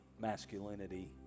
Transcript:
masculinity